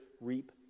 reap